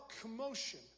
commotion